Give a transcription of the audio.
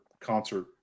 concert